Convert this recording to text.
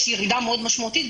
יש ירידה מאוד משמעותית.